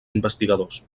investigadors